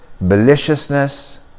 maliciousness